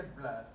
blood